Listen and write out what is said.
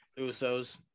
Usos